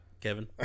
Kevin